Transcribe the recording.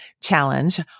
challenge